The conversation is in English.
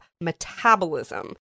metabolism